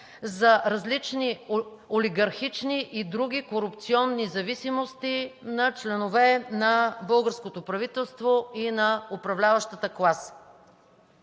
за различни олигархични и други корупционни зависимости на членове на българското правителство и на управляващата класа.